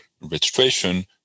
registration